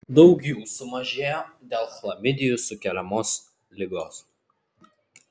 daug jų sumažėjo dėl chlamidijų sukeliamos ligos